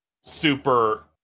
super